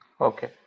Okay